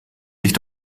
sich